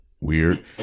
weird